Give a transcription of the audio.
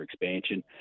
expansion